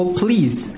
please